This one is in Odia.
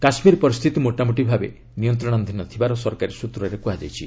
କାଶ୍ମୀର ପରିସ୍ଥିତି ମୋଟାମୋଟି ଭାବେ ନିୟନ୍ତ୍ରଣାଧୀନ ଥିବା ସରକାରୀ ସ୍ନତ୍ରରେ କୁହାଯାଇଛି